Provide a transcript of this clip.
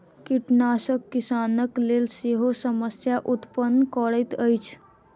कृंतकनाशक किसानक लेल सेहो समस्या उत्पन्न करैत अछि